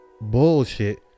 bullshit